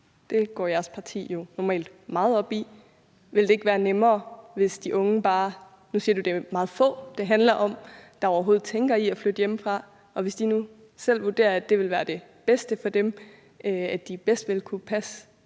Det går jeres parti jo normalt meget op i. Ville det ikke være nemmere, hvis de unge bare – og nu siger du, det er meget få af dem, det handler om, der overhovedet tænker på at flytte hjemmefra – selv vurderede, at det ville være det bedste for dem, og at de bedst ville kunne passe